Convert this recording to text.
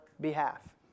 behalf